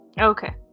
Okay